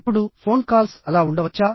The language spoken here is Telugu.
ఇప్పుడు ఫోన్ కాల్స్ అలా ఉండవచ్చా